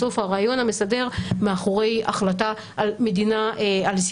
בסוף הרעיון המסדר מאחורי החלטה על סיווג